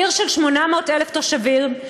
עיר של 800,000 תושבים,